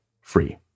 free